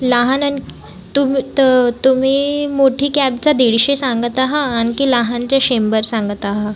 लहान आणि तुम त तुम्ही मोठी कॅबचं दीडशे सांगत आहा आणखी लहानचे शंभर सांगत आहा